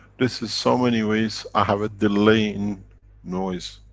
this is so many ways, i have a delaying noise,